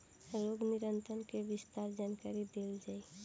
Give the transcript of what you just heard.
रोग नियंत्रण के विस्तार जानकरी देल जाई?